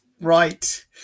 Right